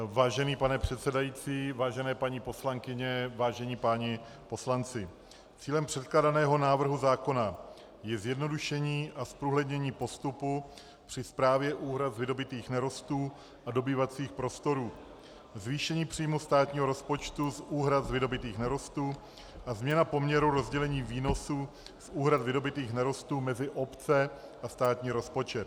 Vážený pane předsedající, vážené paní poslankyně, vážení páni poslanci, cílem předkládaného návrhu zákona je zjednodušení a zprůhlednění postupu při správě úhrad z vydobytých nerostů a dobývacích prostorů, zvýšení příjmů státního rozpočtu z úhrad z vydobytých nerostů a změna poměru rozdělení výnosů z úhrad z vydobytých nerostů mezi obce a státní rozpočet.